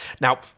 Now